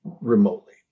Remotely